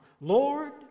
Lord